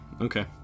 okay